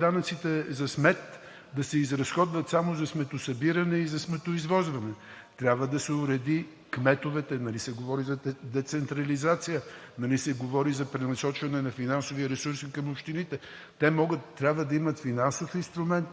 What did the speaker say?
данъците за смет да се изразходват само за сметосъбиране и за сметоизвозване – нали се говори за децентрализация, нали се говори за пренасочване на финансови ресурси към общините? Общините трябва да имат финансов инструмент